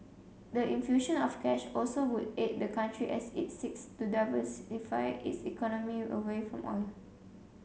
the infusion of cash also would aid the country as it seeks to diversify its economy away from oil